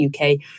UK